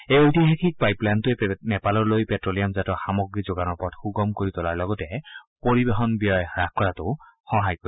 এই ঐতিহাসিক পাইপলাইনটোৱে নেপাললৈ প্টেলিয়ামজাত সামগ্ৰী যোগানৰ পথ সুগম কৰি তোলাৰ লগতে পৰিবহণ ব্যয় হ্ৰাস কৰাতো সহায় কৰিব